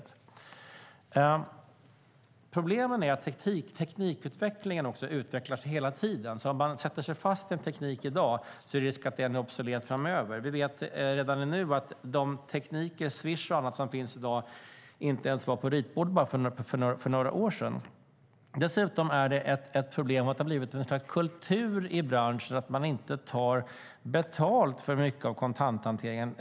Ett problem är också att tekniken utvecklas hela tiden - om man binder sig vid en teknik i dag är det risk att den blir obsolet framöver. Vi vet redan nu att de tekniker som finns i dag, som Swish och annat, inte ens låg på ritbordet för bara några år sedan. Dessutom är det ett problem att det har blivit ett slags kultur i branschen att inte ta betalt för mycket av kontanthanteringen.